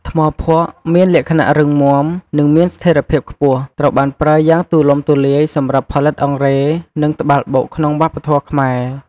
ថ្មភក់ដែលមានលក្ខណៈរឹងមាំ និងមានស្ថេរភាពខ្ពស់ ត្រូវបានប្រើយ៉ាងទូលំទូលាយសម្រាប់ផលិតអង្រែ និងត្បាល់បុកក្នុងវប្បធម៌ខ្មែរ។